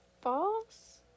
False